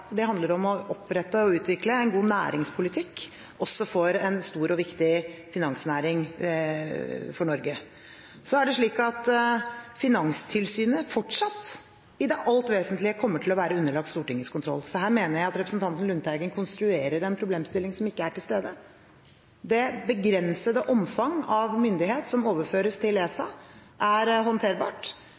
Det handler om å opprette og utvikle en god næringspolitikk også for en stor og viktig finansnæring for Norge. Så er det slik at Finanstilsynet fortsatt i det alt vesentlige kommer til å være underlagt Stortingets kontroll. Her mener jeg representanten Lundteigen konstruerer en problemstilling som ikke er til stede. Det begrensede omfang av myndighet som overføres til ESA, er håndterbart,